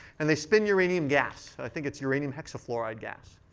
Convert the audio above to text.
and they spin uranium gas. i think it's uranium hexafluoride gas.